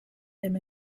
him